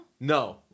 No